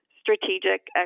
strategic